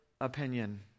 opinion